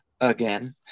again